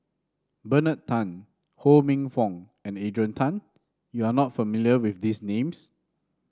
Bernard Tan Ho Minfong and Adrian Tan you are not familiar with these names